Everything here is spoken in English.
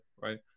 right